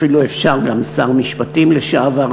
אפילו אפשר גם שר משפטים לשעבר,